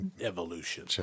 evolution